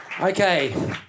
Okay